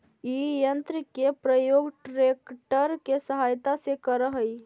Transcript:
इ यन्त्र के प्रयोग ट्रेक्टर के सहायता से करऽ हई